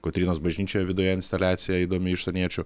kotrynos bažnyčioje viduje instaliacija įdomi iš užsieniečių